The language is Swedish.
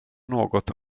något